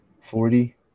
Forty